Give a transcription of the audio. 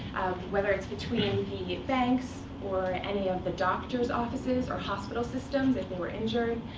whether it's between the banks, or any of the doctor's offices or hospital systems, if they were injured,